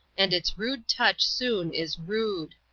and its rude touch soon is rued.